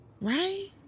Right